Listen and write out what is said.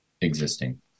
existing